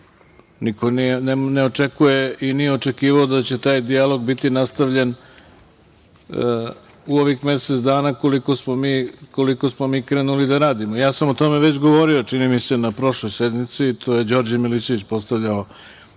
niko ne očekuje i nije očekivao da će taj dijalog biti nastavljen u ovih mesec dana, koliko smo mi krenuli da radimo. Ja sam o tome već govorio, čini mi se, na prošloj sednici, to je Đorđe Milićević postavljao